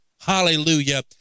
Hallelujah